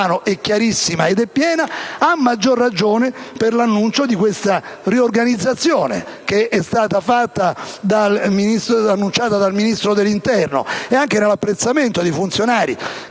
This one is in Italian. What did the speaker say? Alfano è chiarissima e piena, a maggior ragione per l'annuncio di questa riorganizzazione che è stato fatto dal Ministro dell'interno, e anche nell'apprezzamento di funzionari